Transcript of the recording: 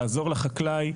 לעזור לחקלאי,